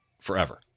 forever